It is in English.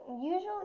usually